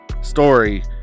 story